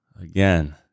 again